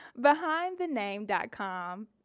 Behindthename.com